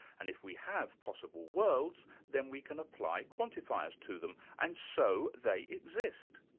and if we have possible worlds, then we can apply quantifiers to them, and so they exist.